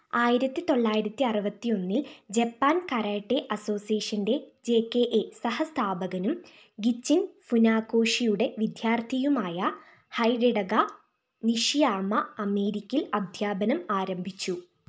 ആയിരത്തി തൊള്ളായിരത്തി അറുപത്തി ഒന്നിൽ ജപ്പാൻ കരാട്ടെ അസോസിയേഷൻറെ ജെ കെ എ സഹസ്ഥാപകനും ഗിച്ചിൻ ഫുനാകോഷിയുടെ വിദ്യാർത്ഥിയുമായ ഹൈഡിടക നിഷിയാമ അമേരിക്കയിൽ അധ്യാപനം ആരംഭിച്ചു